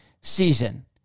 season